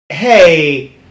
Hey